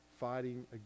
fighting